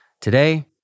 Today